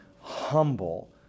humble